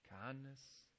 kindness